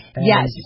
Yes